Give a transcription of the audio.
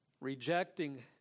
rejecting